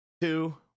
two